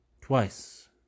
Twice